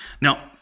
Now